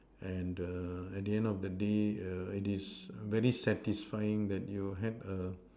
and the at the end of the day err it is a very satisfying that you had a